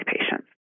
patients